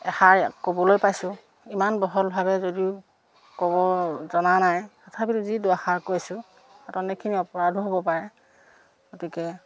এষাৰ ইয়াত ক'বলৈ পাইছোঁ ইমান বহলভাৱে যদিও ক'ব জনা নাই তথাপিতো যি দুআষাৰ কৈছোঁ সেইখিনি অপৰাধো হ'ব পাৰে গতিকে